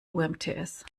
umts